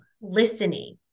listening